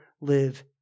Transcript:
live